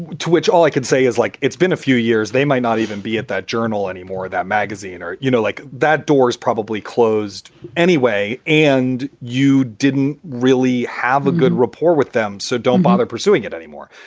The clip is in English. to which all i can say is like it's been a few years. they might not even be at that journal anymore. that magazine or, you know, like that door is probably closed anyway. and you didn't really have a good rapport with them. so don't bother pursuing it anymore.